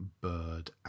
Bird